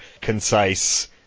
concise